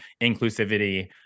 inclusivity